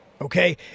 Okay